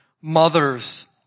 mothers